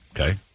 Okay